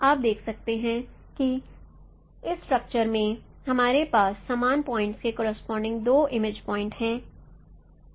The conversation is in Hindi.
अब आप देख सकते हैं कि इस स्ट्रक्चर में हमारे पास समान पॉइंटस के करोसपोंडिंग दो इमेज पॉइंटस हैं और है